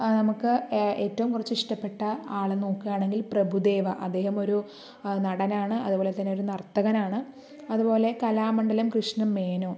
നമുക്ക് ഏറ്റവും കുറച്ച് ഇഷ്ടപ്പെട്ട ആളെ നോക്കുകയാണെങ്കിൽ പ്രഭുദേവ അദ്ദേഹം ഒരു നടനാണ് അതുപോലെതന്നെ ഒരു നർത്തകനാണ് അതേപോലെ കലാമണ്ഡലം കൃഷ്ണൻ മേനോൻ